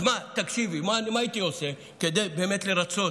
אז מה הייתי עושה כדי לרצות?